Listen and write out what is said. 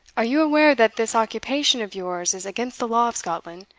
are you aware that this occupation of yours is against the law of scotland,